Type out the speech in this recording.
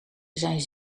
zijn